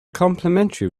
complimentary